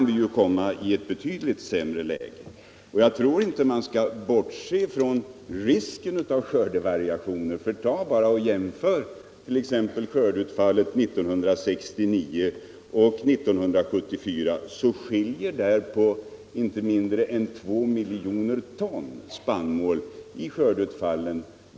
39 Man bör nog inte bortse ifrån risken av skördevariationer. Jämför bara skördeutfallet t.ex. 1969 med 1974. Det skiljer på inte mindre än 2 miljoner ton spannmål.